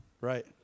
Right